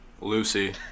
Lucy